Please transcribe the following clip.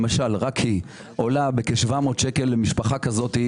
למשל רק היא עולה בכ-700 שקל למשפחה כזאת,